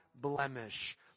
blemish